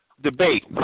debate